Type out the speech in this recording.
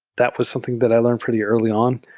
that was something that i learned pretty early on,